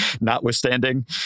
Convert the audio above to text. notwithstanding